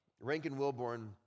Rankin-Wilborn